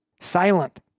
silent